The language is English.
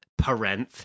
parenth